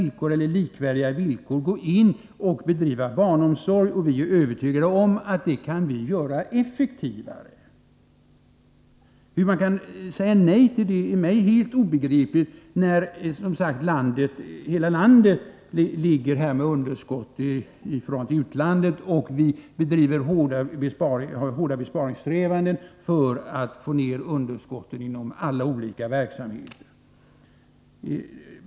Låt oss på likvärdiga villkor bedriva barnomsorg! Vi är övertygade om att vi kan göra det effektivare. Hur man kan säga nej till detta är mig helt obegripligt, när hela detta land dras med underskott i förhållande till utlandet och vi gör hårda besparingssträvanden för att få ner underskotten inom alla olika verksamheter.